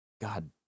god